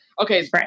okay